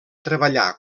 treballar